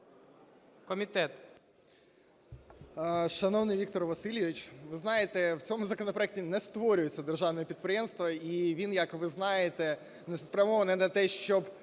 Я.І. Шановний Віктор Васильович, ви знаєте, в цьому законопроекті не створюються державні підприємства. І він, як ви знаєте, спрямований на те, щоб